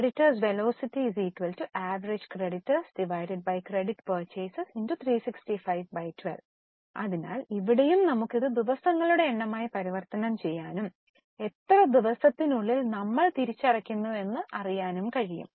creditors velocity average creditors credit purchases x 365 12 അതിനാൽ ഇവിടെയും നമുക്ക് ഇത് ദിവസങ്ങളുടെ എണ്ണമായി പരിവർത്തനം ചെയ്യാനും എത്ര ദിവസത്തിനുള്ളിൽ നമ്മൾ തിരിച്ചടയ്ക്കുന്നുവെന്ന് അറിയാനും കഴിയും